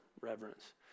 reverence